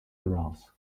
grass